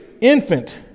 infant